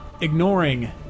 ignoring